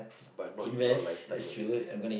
but not in your lifetime at least yeah